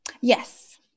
Yes